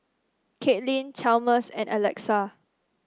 Caitlin Chalmers and Alexa